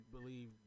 believe